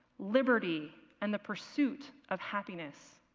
liberty and the pursuit of happiness.